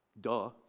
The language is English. Duh